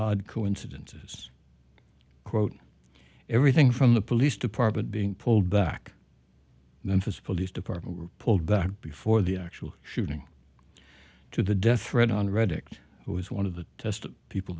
odd coincidences quote everything from the police department being pulled back memphis police department were pulled back before the actual shooting to the death threat on redick who was one of the test people